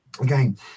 again